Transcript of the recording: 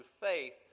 faith